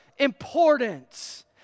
importance